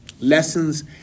Lessons